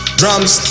drums